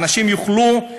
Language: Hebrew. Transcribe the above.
אנשים יוכלו,